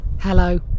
hello